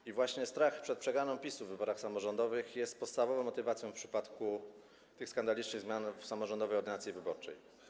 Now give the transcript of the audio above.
I właśnie strach przed przegraną PiS-u w wyborach samorządowych jest podstawową motywacją w przypadku tych skandalicznych zmian w samorządowej ordynacji wyborczej.